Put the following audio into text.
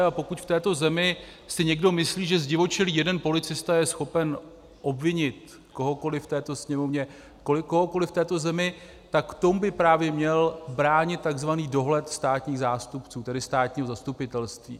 A pokud v této zemi si někdo myslí, že zdivočelý jeden policista je schopen obvinit kohokoliv v této Sněmovně, kohokoli v této zemi, tak v tom by právě měl bránit tzv. dohled státních zástupců, tedy státního zastupitelství.